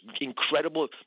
incredible